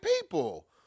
people